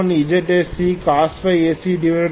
Zsccos sc 2R2l